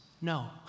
no